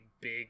big